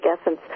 essence